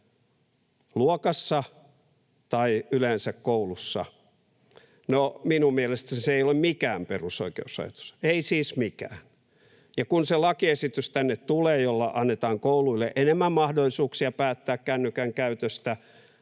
luokassa tai yleensä koulussa. No, minun mielestäni se ei ole mikään perusoikeusrajoitus, ei siis mikään. Ja kun se lakiesitys tänne tulee, jolla annetaan kouluille enemmän mahdollisuuksia päättää kännykän käytöstä,